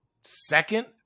second